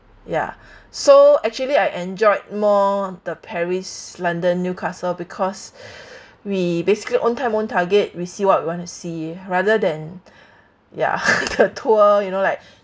ya so actually I enjoyed more the paris london newcastle because we basically own time own target we see what we want to see rather than ya the tour you know like